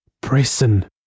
Prison